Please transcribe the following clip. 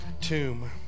tomb